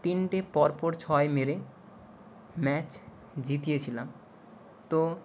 তিনটে পরপর ছয় মেরে ম্যাচ জিতিয়েছিলাম তো